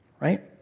right